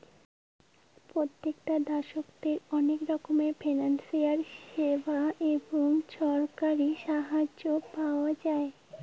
প্রত্যেকটা দ্যাশোতে অনেক রকমের ফিনান্সিয়াল সেবা এবং ছরকারি সাহায্য পাওয়াঙ যাই